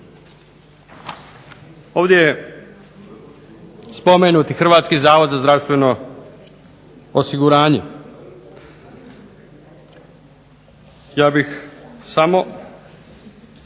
Ovdje je spomenut i Hrvatski zavod za zdravstveno osiguranje. Ja bih samo